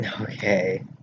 Okay